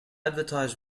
advertise